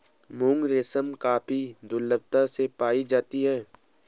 मुगा रेशम काफी दुर्लभता से पाई जाती है